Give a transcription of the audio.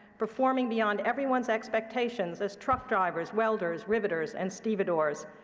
performing beyond everyone's expectations as truck drivers, welders, riveters, and stevedores,